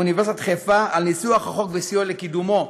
באוניברסיטת חיפה על ניסוח החוק וסיוע לקידומו.